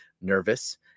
nervous